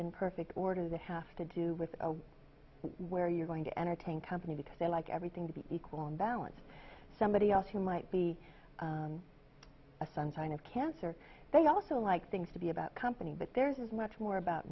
in perfect order that have to do with where you're going to entertain company because they like everything to be equal on balance somebody else who might be a sunshine of cancer they also like things to be about company but there's much more about